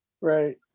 Right